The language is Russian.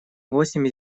восемь